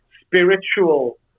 spiritual